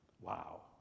Wow